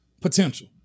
potential